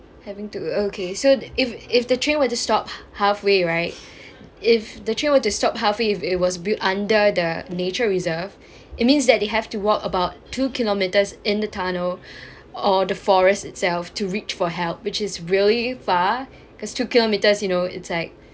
having to okay so if if the train were to stop halfway right if the train would to stop halfway if it was built under the nature reserve it means that they have to walk about two kilometers in the tunnel or the forest itself to reach for help which is really far because two kilometres you know it's like